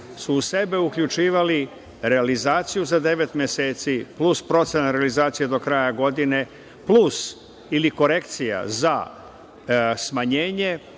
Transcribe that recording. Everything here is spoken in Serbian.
su u sebe uključivali realizaciju za devet meseci plus procena realizacije do kraja godine plus ili korekcija za smanjenje